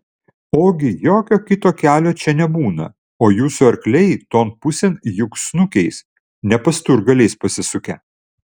ogi jokio kito kelio čia nebūna o jūsų arkliai ton pusėn juk snukiais ne pasturgaliais pasisukę